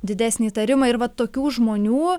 didesnį įtarimą ir vat tokių žmonių